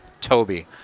Toby